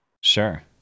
Sure